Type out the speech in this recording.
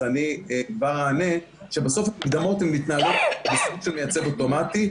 אני כבר אענה שבסוף המקדמות מתנהלות בסוג של מייצב אוטומטי.